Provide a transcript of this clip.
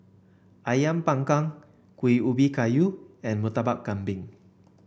ayam panggang Kuih Ubi Kayu and Murtabak Kambing